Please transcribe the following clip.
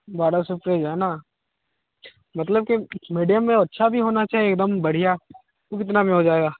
बारह सौ के ही है ना मतलब की मीडियम में अच्छा भी होना चाहिए एकदम बढ़िया ऊ कितना में हो जाएगा